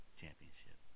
championship